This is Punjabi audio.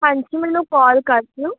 ਹਾਂਜੀ ਮੈਨੂੰ ਕਾਲ ਕਰ ਦਿਓ